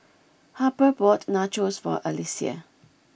Harper bought Nachos for Alecia